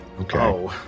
Okay